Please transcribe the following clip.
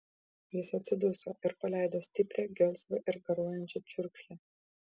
jis atsiduso ir paleido stiprią gelsvą ir garuojančią čiurkšlę